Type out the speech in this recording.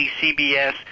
CBS